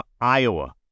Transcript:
Iowa